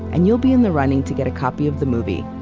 and you'll be in the running to get a copy of the movie.